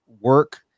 work